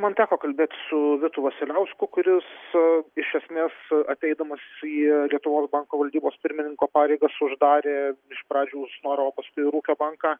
man teko kalbėt su vitu vasiliausku kuris iš esmės ateidamas į lietuvos banko valdybos pirmininko pareigas uždarė iš pradžių snoro o paskui ir ūkio banką